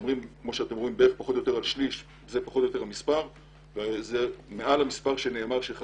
שמדובר פחות או יותר על שליש וזה מעל הסכום שהוגדר